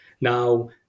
Now